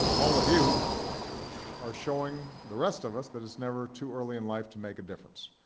all of you are showing the rest of us that it's never too early in life to make a difference.